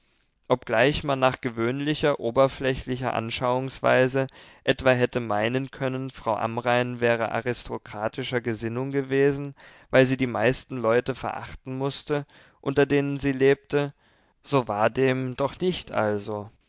obgleich man nach gewöhnlicher oberflächlicher anschauungsweise etwa hätte meinen können frau amrain wäre aristokratischer gesinnung gewesen weil sie die meisten leute verachten mußte unter denen sie lebte so war dem doch nicht also